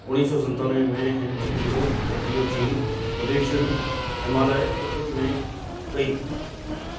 उणिवीह सौ सतानवे में हिननि जी विनोद खत्रीअ जी प्रोडक्शन हिमालय पुत्र में कई